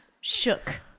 shook